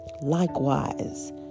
Likewise